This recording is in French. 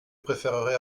préférerais